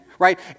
Right